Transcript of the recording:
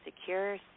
secure